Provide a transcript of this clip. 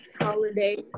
holiday